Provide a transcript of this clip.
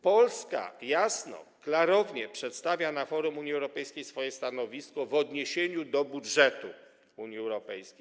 Polska jasno, klarownie przedstawia na forum Unii Europejskiej swoje stanowisko w odniesieniu do budżetu Unii Europejskiej.